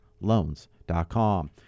loans.com